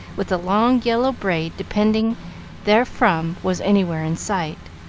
with a long, yellow braid depending therefrom, was anywhere in sight.